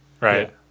Right